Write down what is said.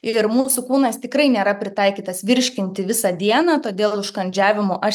ir mūsų kūnas tikrai nėra pritaikytas virškinti visą dieną todėl užkandžiavimo aš